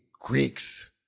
greeks